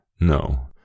No